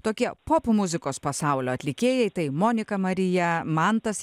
tokie popmuzikos pasaulio atlikėjai tai monika marija mantas